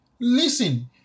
listen